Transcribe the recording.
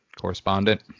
correspondent